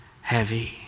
heavy